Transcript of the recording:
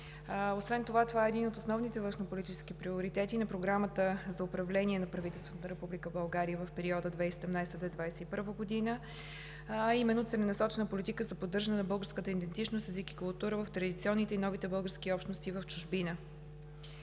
Албания. Това е и един от основните външнополитически приоритети на Програмата за управление на правителството на Република България в периода 2017 – 2021 г., а именно целенасочена политика за поддържане на българската идентичност, език и култура в традиционните и новите български общности в чужбина.